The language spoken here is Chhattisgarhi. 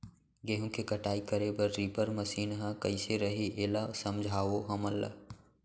गेहूँ के कटाई करे बर रीपर मशीन ह कइसे रही, एला समझाओ हमन ल?